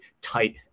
tight